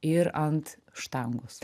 ir ant štangos